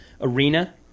arena